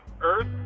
earth